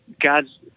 God's